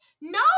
No